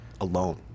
alone